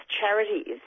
charities